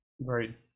right